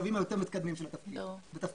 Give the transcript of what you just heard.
בשלבים היותר מתקדמים של התפקיד,